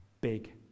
big